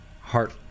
Heart